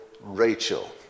Rachel